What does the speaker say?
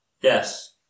Yes